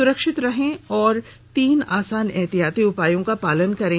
सुरक्षित रहें और तीन आसान उपायों का पालन करें